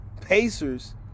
Pacers